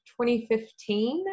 2015